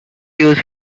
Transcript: used